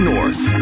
North